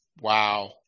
Wow